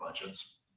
budgets